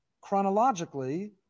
Chronologically